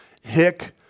hick